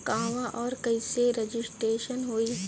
कहवा और कईसे रजिटेशन होई?